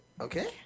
Okay